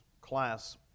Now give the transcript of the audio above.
class